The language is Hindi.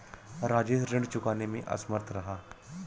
राजेश ऋण चुकाने में असमर्थ रहा